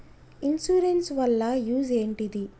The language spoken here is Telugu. ఇన్సూరెన్స్ వాళ్ల యూజ్ ఏంటిది?